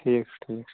ٹھیٖک چھُ ٹھیٖک چھُ